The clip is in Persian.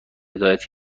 هدایت